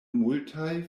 multaj